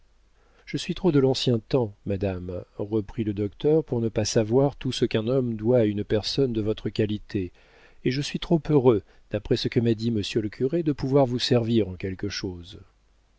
je suis trop de l'ancien temps madame reprit le docteur pour ne pas savoir tout ce qu'un homme doit à une personne de votre qualité et je suis trop heureux d'après ce que m'a dit monsieur le curé de pouvoir vous servir en quelque chose